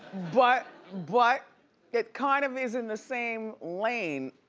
but but it kind of is in the same lane,